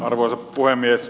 arvoisa puhemies